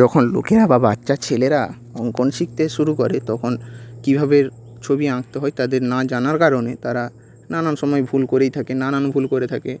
যখন লোকেরা বা বাচ্চা ছেলেরা অঙ্কন শিখতে শুরু করে তখন কীভাবে ছবি আঁকতে হয় তাদের না জানার কারণে তারা নানান সময় ভুল করেই নানান ভুল করে থাকে